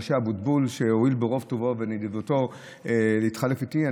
אבוטבול, שהואיל ברוב טובו ונדיבותו להתחלף איתי.